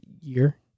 year